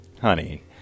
Honey